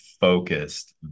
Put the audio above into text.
focused